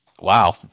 Wow